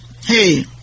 hey